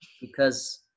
because-